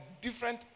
different